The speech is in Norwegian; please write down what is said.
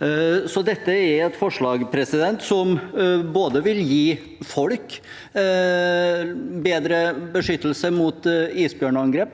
dette er et forslag som både vil gi folk bedre beskyttelse mot isbjørnangrep,